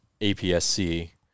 APS-C